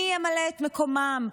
מי ימלא את מקומם?